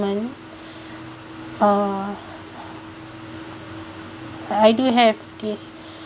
investment uh I do have this